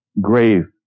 grave